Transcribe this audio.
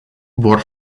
vor